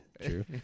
true